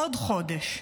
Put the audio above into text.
עוד חודש.